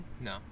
No